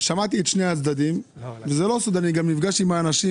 שמעתי את שני הצדדים וזה לא סוד שנפגשתי עם אנשים,